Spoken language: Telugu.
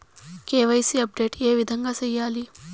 కె.వై.సి అప్డేట్ ఏ విధంగా సేయాలి?